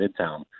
midtown